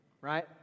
right